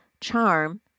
charm